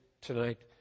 tonight